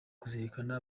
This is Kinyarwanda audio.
kuzirikana